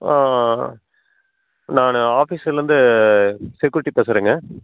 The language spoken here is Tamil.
ஆ நான் ஆஃபிஸுலேருந்து செக்யூரிட்டி பேசுகிறேங்க